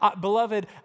beloved